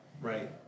Right